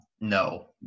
No